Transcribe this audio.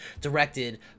directed